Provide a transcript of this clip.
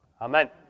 Amen